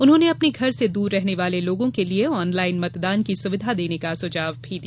उन्होंने अपने घर से दूर रहने वाले लोगों के लिए ऑनलाइन मतदान की सुविधा देने का सुझाव भी दिया